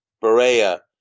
Berea